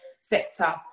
sector